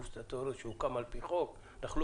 גוף סטטוטורי שהוקם על פי חוק.